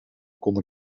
konden